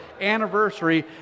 anniversary